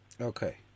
Okay